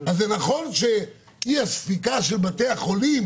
אז זה נכון שאי הספיקה של בתי החולים